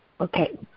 Okay